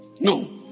No